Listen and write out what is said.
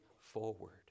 forward